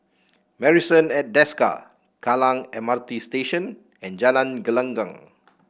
Marrison at Desker Kallang M R T Station and Jalan Gelenggang